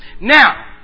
Now